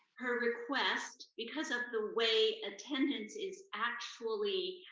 her request, because of the way attendance is actually,